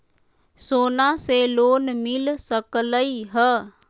सोना से लोन मिल सकलई ह?